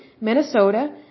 Minnesota